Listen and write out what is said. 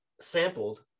sampled